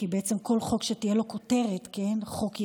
כי בעצם כל חוק שתהיה לו כותרת חוק-יסוד,